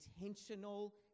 intentional